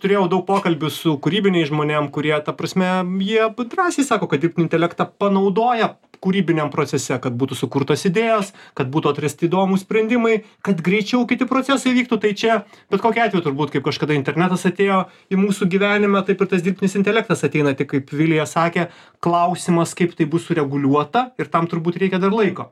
turėjau daug pokalbių su kūrybiniais žmonėm kurie ta prasme jie abu drąsiai sako kad dirbtinį intelektą panaudoja kūrybiniam procese kad būtų sukurtos idėjos kad būtų atrasti įdomūs sprendimai kad greičiau kiti procesai įvyktų tai čia bet kokiu atveju turbūt kaip kažkada internetas atėjo į mūsų gyvenimą taip ir tas dirbtinis intelektas ateina tik kaip vilija sakė klausimas kaip tai bus sureguliuota ir tam turbūt reikia dar laiko